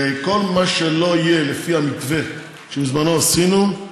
כל מה שלא יהיה לפי המתווה שבזמנו עשינו,